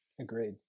Agreed